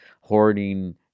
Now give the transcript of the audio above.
hoarding